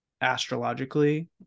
astrologically